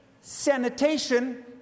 Sanitation